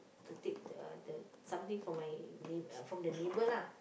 to take the the something from my neigh~ uh from the neighbour lah